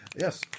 Yes